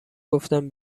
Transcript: گفتن